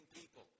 people